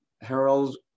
Harold